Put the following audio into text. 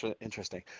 interesting